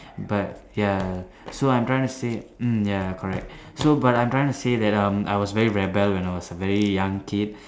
but ya so I'm trying to say mm ya correct so but I'm trying to say that um I was very rebel when I was a very young kid